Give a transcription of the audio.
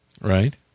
Right